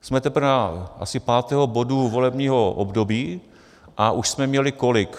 Jsme teprve asi u pátého bodu volebního období a už jsme měli kolik?